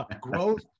Growth